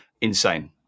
insane